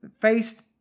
faced